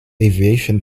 aviation